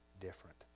different